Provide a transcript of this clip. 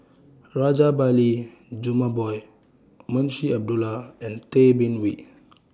Rajabali Jumabhoy Munshi Abdullah and Tay Bin Wee